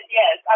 yes